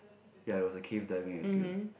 ya it was a cave diving experience